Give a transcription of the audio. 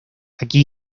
aquí